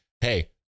hey